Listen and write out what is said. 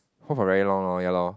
hold for very long lor ya lor